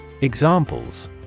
Examples